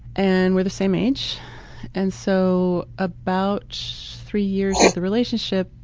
and, we're the same age and so about three years into the relationship,